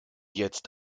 jetzt